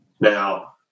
Now